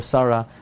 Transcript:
Sarah